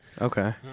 Okay